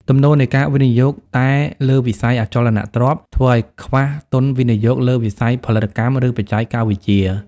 ទំនោរនៃការវិនិយោគតែលើវិស័យ "អចលនទ្រព្យ" ធ្វើឱ្យខ្វះទុនវិនិយោគលើវិស័យផលិតកម្ម ឬបច្ចេកវិទ្យា។